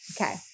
Okay